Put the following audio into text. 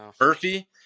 Murphy